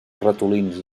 ratolins